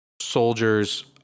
soldiers